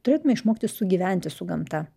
turėtume išmokti sugyventi su gamta